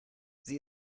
sie